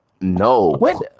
no